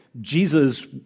Jesus